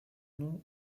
nom